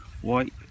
white